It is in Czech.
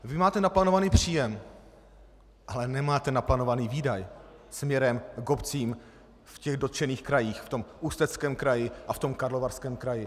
Vy máte naplánovaný příjem, ale nemáte naplánovaný výdaj směrem k obcím v těch dotčených krajích, v tom Ústeckém kraji a v tom Karlovarském kraji.